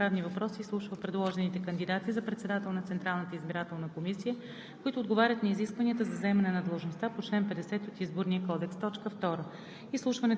Изслушване на предложените кандидати за председател на Централната избирателна комисия 1. Комисията по правни въпроси изслушва предложените кандидати за председател на Централната избирателна комисия,